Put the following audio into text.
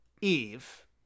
Eve